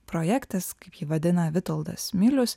projektas kaip jį vadina vitoldas milius